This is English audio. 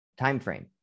timeframe